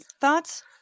thoughts